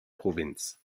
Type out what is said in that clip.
provinz